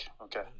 Okay